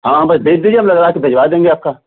हाँ बस भेज दीजिए हम लदवा के भिजवा देंगे आपका